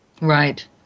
Right